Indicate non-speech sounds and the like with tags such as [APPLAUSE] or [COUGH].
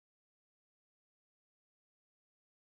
[UNINTELLIGIBLE]